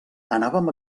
anàvem